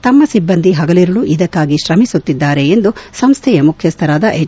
ತಮ್ಮ ಸಿಬ್ಲಂದಿ ಪಗಲಿರುಳು ಇದಕಾಗಿ ತಮಿಸುತಿದ್ದಾರೆ ಎಂದು ಸಂಸ್ಥೆಯ ಮುಖ್ಯಸ್ಥರಾದ ಎಚ್